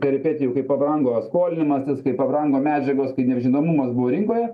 peripetijų kai pabrango skolinimasis kai pabrango medžiagos kai nežinomumas buvo rinkoje